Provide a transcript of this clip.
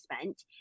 spent